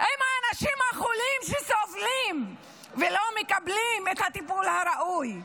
עם האנשים החולים שסובלים ולא מקבלים את הטיפול הראוי,